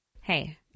hey